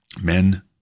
men